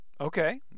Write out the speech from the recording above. okay